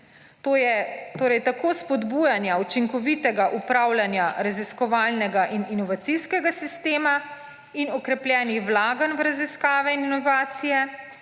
torej tako spodbujanja učinkovitega upravljanja raziskovalnega in inovacijskega sistema in okrepljenih vlaganj v raziskave in inovacije,